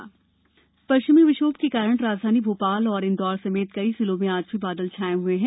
मौसम पश्चिमी विक्षोभ के कारण राजधानी भोपाल और इंदौर समेत कई जिलों में आज भी बादल छाए हुए हैं